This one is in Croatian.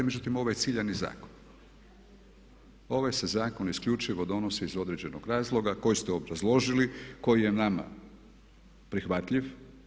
Međutim, ovo je ciljani zakon. ovaj se zakon isključivo donosi iz određenog razloga koji ste obrazložili, koji je nama prihvatljiv.